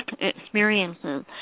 experiences